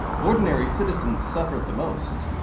ordinary citizens suffered the most.